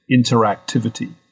interactivity